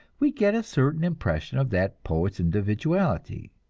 we get a certain impression of that poet's individuality.